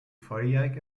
volljährig